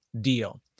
deal